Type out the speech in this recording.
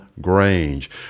Grange